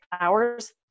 hours